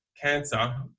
cancer